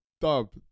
dub